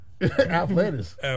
Athletics